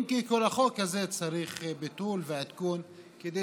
אם כי כל החוק הזה צריך ביטול ועדכון כדי